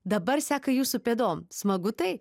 dabar seka jūsų pėdom smagu tai